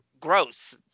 gross